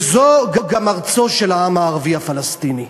וזו גם ארצו של העם הערבי הפלסטיני.